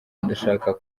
ndashaka